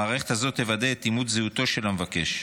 המערכת הזו תוודא את אימות זהותו של המבקש.